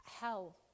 hell